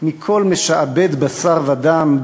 מכל משעבד בשר ודם,